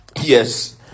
Yes